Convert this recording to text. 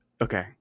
okay